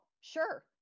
sure